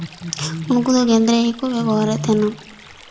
ᱩᱱᱠᱩ ᱫᱚ ᱜᱮᱸᱫᱽᱨᱮᱡ ᱜᱮᱠᱚ ᱵᱮᱵᱚᱦᱟᱨᱮᱫ ᱛᱟᱦᱮᱱᱟ